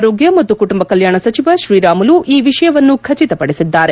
ಆರೋಗ್ಯ ಮತ್ತು ಕುಟುಂಬ ಕಲ್ಯಾಣ ಸಚಿವ ಶ್ರೀರಾಮುಲು ಈ ವಿಷಯವನ್ನು ಖಚಿತಪದಿಸಿದ್ದಾರೆ